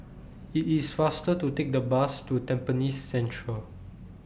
IT IS faster to Take The Bus to Tampines Central